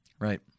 Right